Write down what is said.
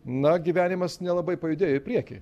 na gyvenimas nelabai pajudėjo į priekį